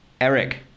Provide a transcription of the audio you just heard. Eric